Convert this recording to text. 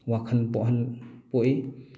ꯋꯥꯈꯜ ꯄꯣꯛꯍꯟ ꯄꯣꯛꯏ